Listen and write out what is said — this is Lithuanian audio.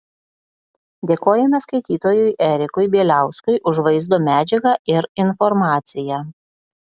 dėkojame skaitytojui erikui bieliauskui už vaizdo medžiagą ir informaciją